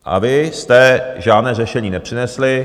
A vy jste žádné řešení nepřinesli.